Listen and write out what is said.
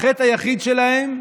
החטא היחיד שלהם,